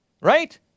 Right